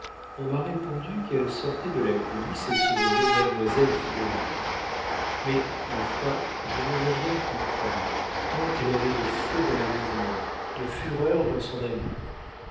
on m'a répondu qu'elle sortait de la coulisse et se nommait mademoiselle florine mais ma foi je n'en ai rien pu croire tant elle avait de feu dans les mouvements de fureur dans son amour